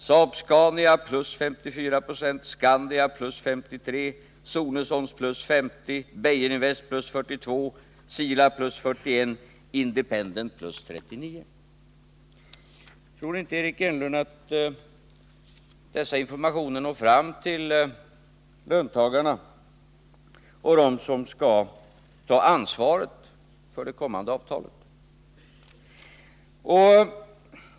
Saab-Scania + 54 90, Skandia + 53 920, Sonessons + 50 Ye, Beijerinvest + 42 96, Sila + 41 96, Independent + 39 90.” Tror inte Eric Enlund att dessa informationer når fram till löntagarna och till dem som har att ta ansvaret för det kommande avtalet?